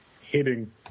hitting